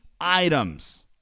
items